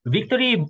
Victory